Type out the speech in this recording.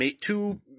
two